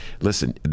listen